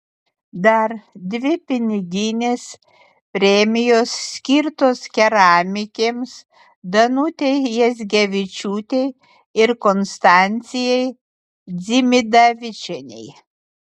dar dvi piniginės premijos skirtos keramikėms danutei jazgevičiūtei ir konstancijai dzimidavičienei